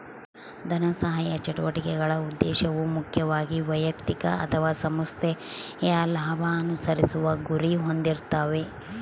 ಧನಸಹಾಯ ಚಟುವಟಿಕೆಗಳ ಉದ್ದೇಶವು ಮುಖ್ಯವಾಗಿ ವೈಯಕ್ತಿಕ ಅಥವಾ ಸಂಸ್ಥೆಯ ಲಾಭ ಅನುಸರಿಸುವ ಗುರಿ ಹೊಂದಿರ್ತಾವೆ